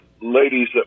ladies